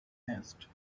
haste